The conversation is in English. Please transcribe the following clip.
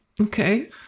okay